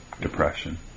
depression